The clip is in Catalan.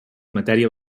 matèria